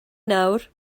nawr